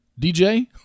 DJ